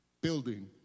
building